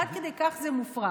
עד כדי כך זה מופרך.